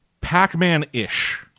Pac-Man-ish